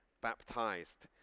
baptized